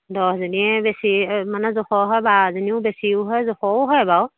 দহজনীয়ে বেছি মানে জোখৰ হয় বাৰজনীও বেছিও হয় জোখৰো হয় বাৰু